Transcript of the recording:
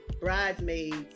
Bridesmaids